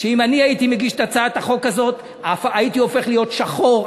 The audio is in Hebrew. אם אני הייתי מגיש את הצעת החוק הזאת הייתי הופך להיות שחור,